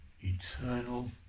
eternal